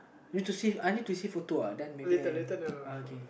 you have to see I need to see photo what then maybe I am uh okay